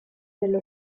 dello